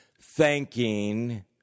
thanking